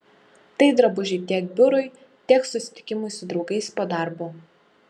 tai drabužiai tiek biurui tiek susitikimui su draugais po darbo